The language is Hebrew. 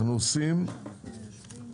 אנחנו עוברים לנושא השני שלנו,